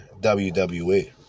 WWE